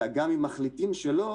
אלא גם אם מחליטים שלא,